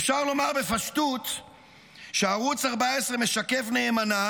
אפשר לומר בפשטות שערוץ 14 משקף נאמנה